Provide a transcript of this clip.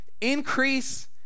Increase